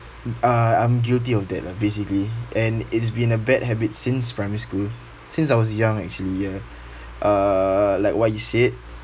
uh I'm guilty of that lah basically and it's been a bad habit since primary school since I was young actually ya uh like what you said